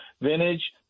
vintage